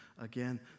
again